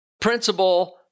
Principle